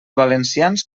valencians